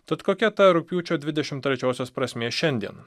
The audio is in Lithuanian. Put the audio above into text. tad kokia ta rugpjūčio dvidešimt trečiosios prasmė šiandien